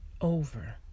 Over